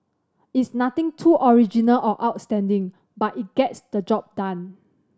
it's nothing too original or outstanding but it gets the job done